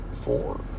Four